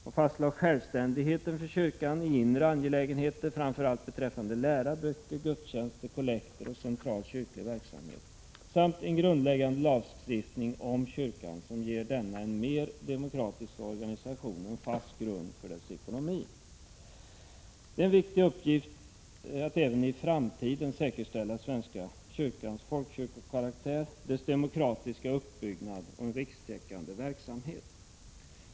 Man fastlade vidare självständighet för kyrkan i inre angelägenheter, framför allt beträf 185 fande lära, böcker, gudstjänster, kollekter och central kyrklig verksamhet, samt en grundläggande lagstiftning om kyrkan, som ger denna en mer demokratisk organisation och en fast grund för dess ekonomi. Det är en viktig uppgift att även i framtiden säkerställa svenska kyrkans folkyrkokaraktär, dess demokratiska uppbyggnad och rikstäckande verksamhet.